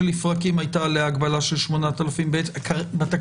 שלפרקים הייתה עליה הגבלה של 8,000. בתקנות,